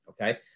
okay